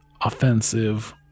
offensive